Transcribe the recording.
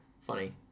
funny